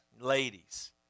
ladies